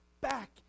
back